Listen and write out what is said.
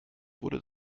wurde